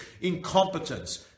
incompetence